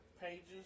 pages